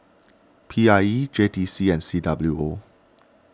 P I E J T C and C W O